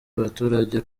abaturage